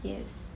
yes